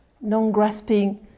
non-grasping